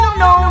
no